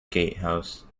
gatehouse